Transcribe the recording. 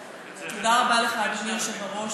תודה רבה לך, אדוני היושב-ראש.